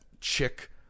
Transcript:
Chick